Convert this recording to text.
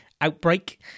outbreak